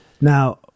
Now